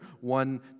one